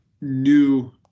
new